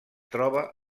troba